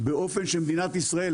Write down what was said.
באופן שמדינת ישראל,